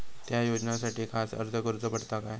त्या योजनासाठी खास अर्ज करूचो पडता काय?